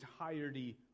entirety